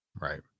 Right